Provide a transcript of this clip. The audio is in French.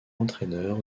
entraîneur